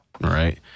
right